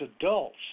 adults